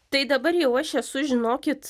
tai dabar jau aš esu žinokit